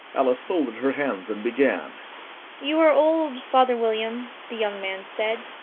alice folded her hands, and began you are old, father william the young man said,